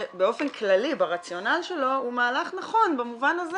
שבאופן כללי ברציונל שלו הוא מהלך נכון במובן הזה